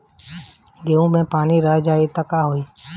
गेंहू मे पानी रह जाई त का होई?